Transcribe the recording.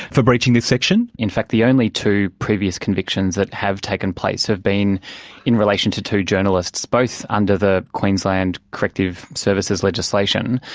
for breaching this section? in fact the only two previous convictions that have taken place have been in relation to two journalists, both under the queensland corrective services legislation.